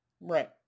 Right